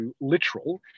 literal